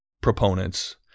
proponents